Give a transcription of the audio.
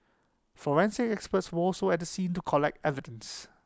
forensic experts were also at the scene to collect evidence